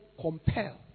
compel